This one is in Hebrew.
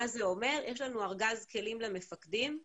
יש לנו ארגז כלים למפקדים,